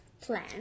plan